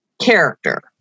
character